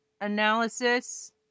analysis